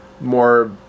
more